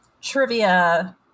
Trivia